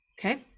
okay